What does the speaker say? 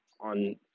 on